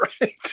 Right